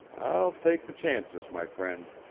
i'll take the chances my friend.